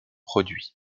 produits